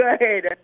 good